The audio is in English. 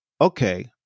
okay